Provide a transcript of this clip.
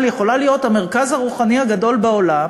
יכולה להיות המרכז הרוחני הגדול בעולם,